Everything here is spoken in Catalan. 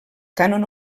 cànon